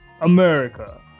america